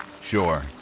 Sure